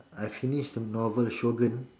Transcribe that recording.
I I finish the novel Shogun